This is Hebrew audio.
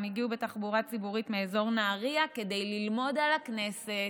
הן הגיעו בתחבורה ציבורית מאזור נהריה כדי ללמוד על הכנסת.